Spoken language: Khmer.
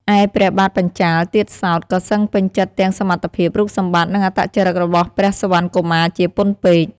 ឯព្រះបាទបញ្ចាល៍ទៀតសោត ក៏សឹងពេញចិត្តទាំងសមត្ថភាព រូបសម្បត្តិ និងអត្តចរិតរបស់ព្រះសុវណ្ណកុមារជាពន់ពេក។